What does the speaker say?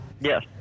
Yes